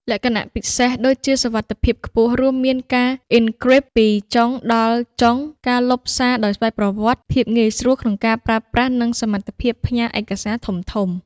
លក្ខណៈពិសេសដូចជាសុវត្ថិភាពខ្ពស់ រួមមាន ការអ៊ិនគ្រីបពីចុងដល់ចុង ការលុបសារដោយស្វ័យប្រវត្តិ ភាពងាយស្រួលក្នុងការប្រើប្រាស់ និងសមត្ថភាពផ្ញើឯកសារធំៗ។